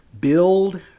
build